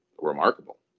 remarkable